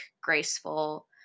graceful